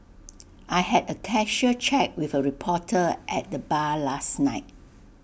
I had A casual chat with A reporter at the bar last night